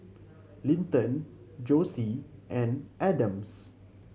Linton Josie and Adams